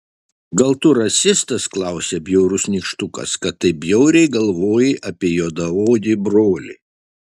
gal tu rasistas klausia bjaurus nykštukas kad taip bjauriai galvoji apie juodaodį brolį